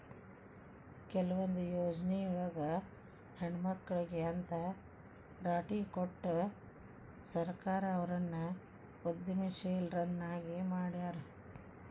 ಕೆಲವೊಂದ್ ಯೊಜ್ನಿಯೊಳಗ ಹೆಣ್ಮಕ್ಳಿಗೆ ಅಂತ್ ರಾಟಿ ಕೊಟ್ಟು ಸರ್ಕಾರ ಅವ್ರನ್ನ ಉದ್ಯಮಶೇಲ್ರನ್ನಾಗಿ ಮಾಡ್ಯಾರ